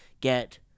get